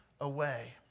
away